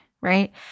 right